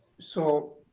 so